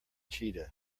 cheetah